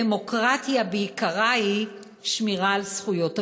דמוקרטיה בעיקרה היא שמירה על זכויות המיעוט.